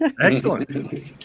Excellent